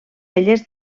elles